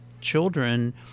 children